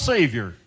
Savior